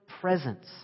presence